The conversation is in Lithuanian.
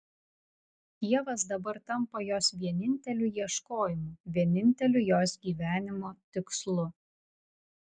dievas dabar tampa jos vieninteliu ieškojimu vieninteliu jos gyvenimo tikslu